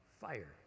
fire